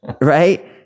right